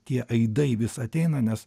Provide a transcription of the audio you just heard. tie aidai vis ateina nes